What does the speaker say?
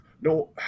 No